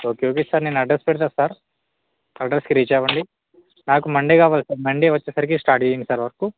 okay okay sir నేను address పెడతా sir అడ్రస్కి రీచ్ అవ్వండి నాకు మండే కావాలి సార్ మండే వచ్చేసరికి స్టార్ట్ చేయండి సార్ వర్కు